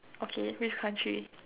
okay which country